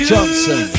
Johnson